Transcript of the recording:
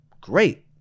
Great